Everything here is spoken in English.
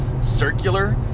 circular